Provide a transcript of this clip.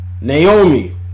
Naomi